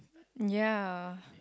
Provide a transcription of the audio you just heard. ya